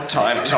time